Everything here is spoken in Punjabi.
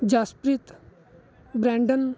ਜਸਪ੍ਰੀਤ ਬ੍ਰਾਂਡਨ